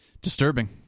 Disturbing